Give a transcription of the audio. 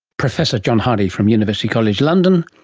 professor john hardy from university college london,